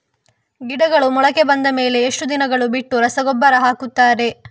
ಗಿಡಗಳು ಮೊಳಕೆ ಬಂದ ಮೇಲೆ ಎಷ್ಟು ದಿನಗಳು ಬಿಟ್ಟು ರಸಗೊಬ್ಬರ ಹಾಕುತ್ತಾರೆ?